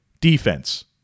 defense